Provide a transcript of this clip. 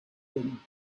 him